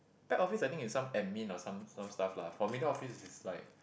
back office I think is some admin or some some stuff lah for middle office is like